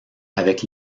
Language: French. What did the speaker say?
avec